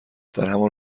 درهمان